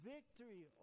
Victory